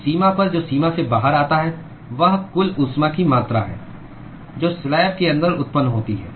तो सीमा पर जो सीमा से बाहर आता है वह कुल ऊष्मा की मात्रा है जो स्लैब के अंदर उत्पन्न होती है